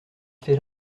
fait